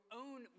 own